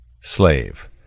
Slave